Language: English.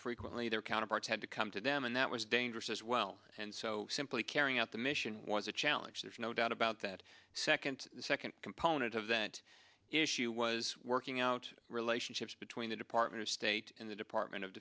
frequently their counterparts had to come to them and that was dangerous as well and so simply carrying out the mission was a challenge there's no doubt about that second the second component of that issue was working out relationships between the department of state and the department of